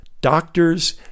doctors